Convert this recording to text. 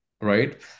right